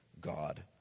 God